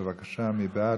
בבקשה, מי בעד?